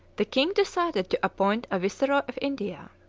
the king decided to appoint a viceroy of india.